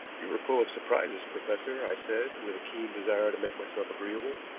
you are full of surprises, professor, i said, with a keen desire to make myself agreeable.